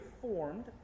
formed